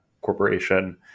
corporation